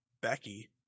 Becky